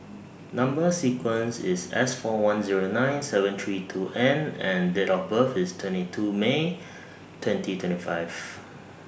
Number sequence IS S four one Zero nine seven three two N and Date of birth IS twenty two May twenty twenty five